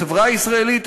החברה הישראלית,